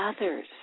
others